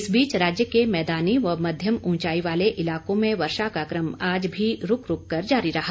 इस बीच राज्य के मैदानी व मध्यम ऊंचाई वाले इलाकों में वर्षा का क्रम आज भी रूक रूक कर जारी रहा